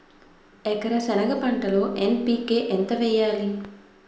ఎకర సెనగ పంటలో ఎన్.పి.కె ఎంత వేయాలి?